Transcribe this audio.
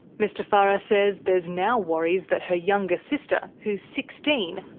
mr farah says there's now worries that her younger sister, who's sixteen,